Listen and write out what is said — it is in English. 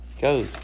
Go